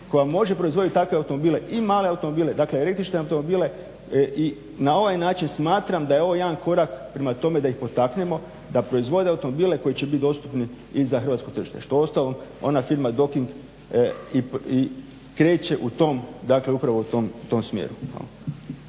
koja može proizvoditi takve automobile, i male automobile, dakle električne automobile i na ovaj način smatram da je ovo jedan korak prema tome da ih potaknemo da proizvode automobile koji će biti dostupni i za hrvatsko tržište što uostalom ona firma Doking i kreće u tom, dakle upravo u tom smjeru.